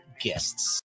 guests